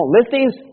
listings